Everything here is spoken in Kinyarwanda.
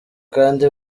kandi